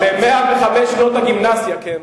כן, ב-105 שנות הגימנסיה.